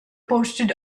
posted